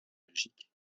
belgique